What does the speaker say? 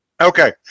okay